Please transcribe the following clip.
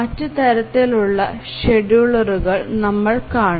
മറ്റ് തരത്തിലുള്ള ഷെഡ്യൂളറുകൾ നമ്മൾ കാണും